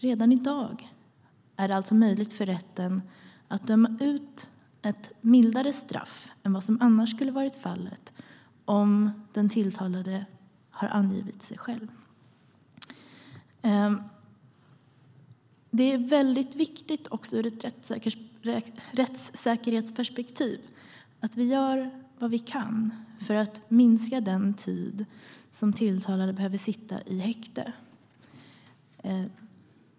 Redan i dag är det alltså möjligt för rätten att döma ut ett mildare straff än vad som annars skulle varit fallet om den tilltalade har angivit sig själv. Det är viktigt ur ett rättssäkerhetsperspektiv att vi gör vad vi kan för att minska den tid som den tilltalade behöver sitta i häkte.